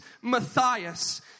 Matthias